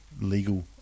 legal